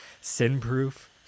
sin-proof